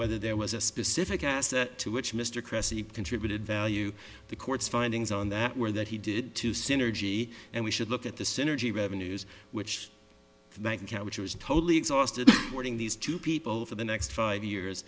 whether there was a specific asset to which mr cressy contributed value the court's findings on that were that he did to synergy and we should look at the synergy revenues which bank account which was totally exhausted boarding these two people for the next five years